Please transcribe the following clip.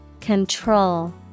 Control